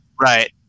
Right